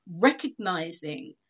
recognizing